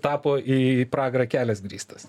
tapo į pragarą kelias grįstas